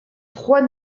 trois